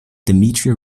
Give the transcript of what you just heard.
dmitry